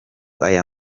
aya